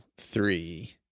three